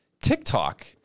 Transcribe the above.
TikTok